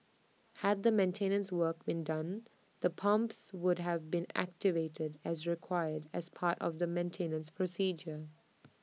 had the maintenance work been done the pumps would have been activated as required as part of the maintenance procedure